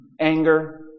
Anger